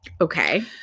Okay